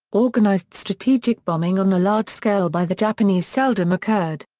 organized strategic bombing on a large scale by the japanese seldom occurred.